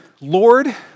Lord